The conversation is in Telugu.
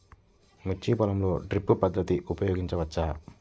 మిర్చి పొలంలో డ్రిప్ పద్ధతిని ఉపయోగించవచ్చా?